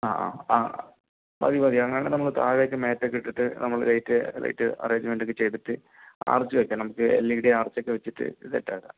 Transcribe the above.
ആ ആ ആ മതി മതി അങ്ങനെ ആണെങ്കിൽ നമ്മൾ താഴെയ്ക്ക് മേശ ഒക്കെ ഇട്ടിട്ട് നമ്മൾ ലൈറ്റ് ലൈറ്റ് അറങ്ങേമെൻ്റ്സ് ഒക്കെ ചെയ്തിട്ട് ആർച്ച് വെക്കണം നമുക്ക് ഒരു എൽ ഇ ഡി ആർച്ച് ഒക്കെ വെച്ചിട്ട് സെറ്റ് ആക്കാം